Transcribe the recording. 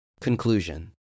Conclusion